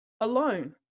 alone